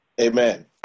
Amen